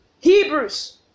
Hebrews